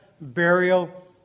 burial